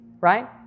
right